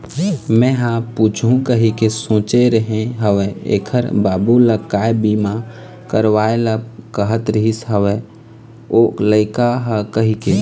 मेंहा पूछहूँ कहिके सोचे रेहे हव ऐखर बाबू ल काय बीमा करवाय ल कहत रिहिस हवय ओ लइका ह कहिके